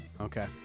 Okay